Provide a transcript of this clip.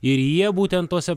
ir jie būtent tose